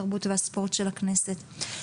התרבות והספורט של הכנסת.